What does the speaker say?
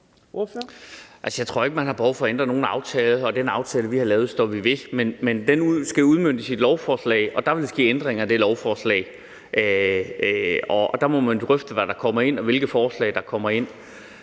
Jeg tror ikke, at man har behov for at ændre nogen aftale, og den aftale, vi har lavet, står vi ved. Men den aftale skal udmøntes i et lovforslag, og der vil ske ændringer i det lovforslag, og der må man drøfte de forslag, der kommer ind.